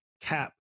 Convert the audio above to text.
CAP